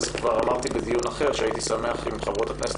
כבר אמרתי בדיון אחר שהייתי שמח אם חברות הכנסת